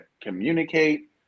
communicate